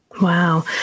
Wow